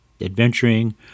adventuring